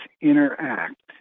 interact